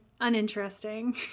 uninteresting